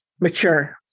mature